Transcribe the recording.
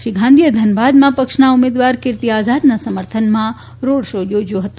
શ્રી ગાંધીએ ધનબાદમાં પક્ષના ઉમેદવાર કીર્તિ આઝાદના સમર્થનમાં રોડ શો યોજ્યો હતો